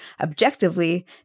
objectively